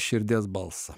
širdies balsą